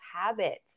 habits